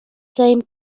same